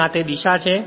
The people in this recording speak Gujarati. અને આ દિશા છે